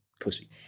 pussy